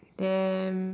um